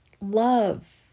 love